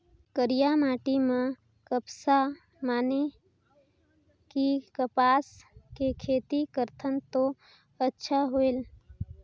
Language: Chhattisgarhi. करिया माटी म कपसा माने कि कपास के खेती करथन तो अच्छा होयल?